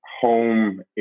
Home